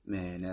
Man